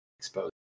Exposed